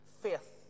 faith